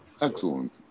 Excellent